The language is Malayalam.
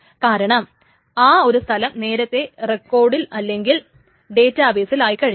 കാരണം ആ ഒരു സ്ഥലം നേരത്തെ റെക്കോഡിൽ അല്ലെങ്കിൽ ഡേറ്റാബേസിൽ ആയിക്കഴിഞ്ഞു